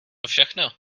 všechno